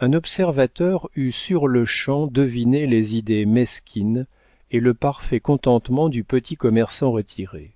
un observateur eût sur-le-champ deviné les idées mesquines et le parfait contentement du petit commerçant retiré